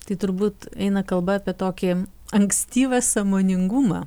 tai turbūt eina kalba apie tokį ankstyvą sąmoningumą